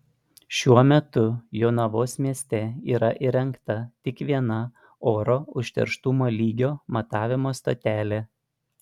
šiuo metu jonavos mieste yra įrengta tik viena oro užterštumo lygio matavimo stotelė